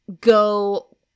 go